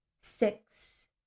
Six